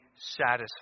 satisfied